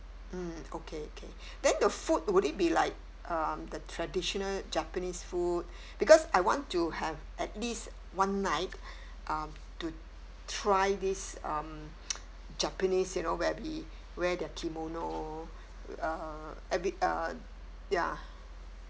mm okay okay then the food would it be like um the traditional japanese food because I want to have at least one night uh to try this um japanese you know where we wear the kimono uh a bit uh ya